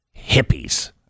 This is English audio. Hippies